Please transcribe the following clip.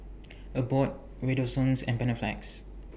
Abbott Redoxon and Panaflex